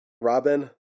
robin